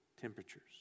temperatures